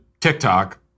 TikTok